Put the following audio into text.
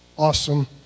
awesome